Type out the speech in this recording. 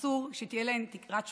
אסור שתהיה להן תקרת זכוכית.